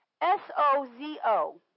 s-o-z-o